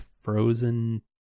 frozen